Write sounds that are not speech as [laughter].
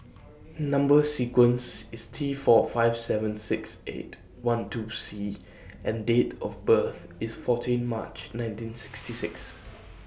Number sequence IS T four five seven six eight one two C and Date of birth IS fourteen March nineteen sixty [noise] six [noise]